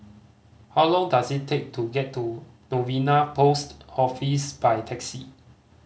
how long does it take to get to Novena Post Office by taxi